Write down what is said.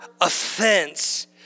offense